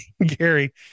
Gary